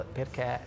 perché